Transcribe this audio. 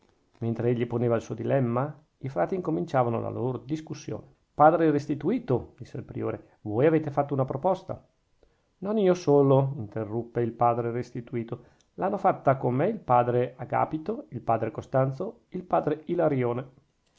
mentre egli poneva il suo dilemma i frati incominciavano la loro discussione padre restituto disse il priore voi avete fatto una proposta non io solo interruppe il padre restituto l'hanno fatta con me il padre agapito il padre costanzo il padre ilarione